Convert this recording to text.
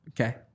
Okay